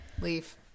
Leave